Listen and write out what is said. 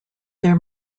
their